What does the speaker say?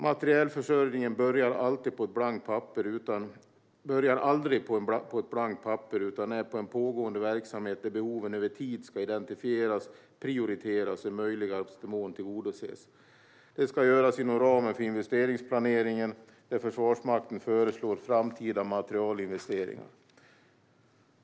Materielförsörjningen börjar aldrig på ett blankt papper utan är en pågående verksamhet där behoven över tid ska identifieras, prioriteras och i möjligaste mån tillgodoses. Det ska göras inom ramen för investeringsplaneringen, där Försvarsmakten föreslår framtida materielinvesteringar.